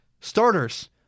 Starters